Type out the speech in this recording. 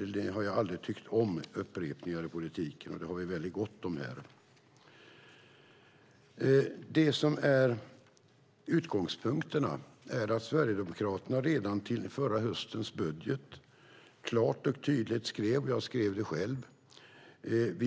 Jag har aldrig tyckt om upprepningar i politiken, och det har vi väldigt gott om här. Det som är utgångspunkten är att Sverigedemokraterna redan till förra höstens budget klart och tydligt - jag skrev det själv -